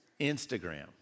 Instagram